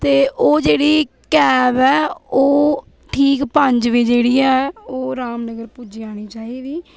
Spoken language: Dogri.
ते ओह् जेह्ड़ी कैब ऐ ओह् ठीक पंज बजे जेह्ड़ी ऐ ओह् रामनगर पुज्जी जानी चाहिदी